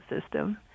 system